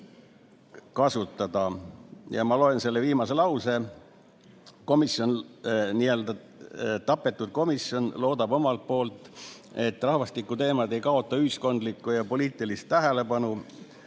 kasutada. Ma loen siit ette viimase lause. Komisjon, n‑ö tapetud komisjon, loodab omalt poolt, et rahvastikuteemad ei kaota ühiskondlikku ja poliitilist tähelepanu,